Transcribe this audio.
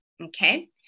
Okay